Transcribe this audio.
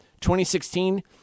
2016